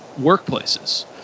workplaces